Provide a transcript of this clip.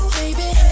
baby